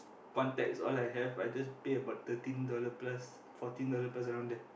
one tax all I have I just pay about thirteen dollar plus fourteen dollar plus around there